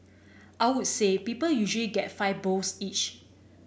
I'll say people usually get five bowls each